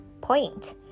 point